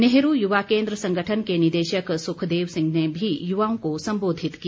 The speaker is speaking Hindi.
नेहरू युवा केन्द्र संगठन के निदेशक सुखदेव सिंह ने भी युवाओं को सम्बोधित किया